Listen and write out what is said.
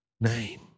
name